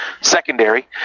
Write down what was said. secondary